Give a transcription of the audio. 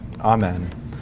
Amen